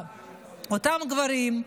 אותם גברים,